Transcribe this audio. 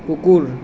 কুকুৰ